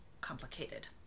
complicated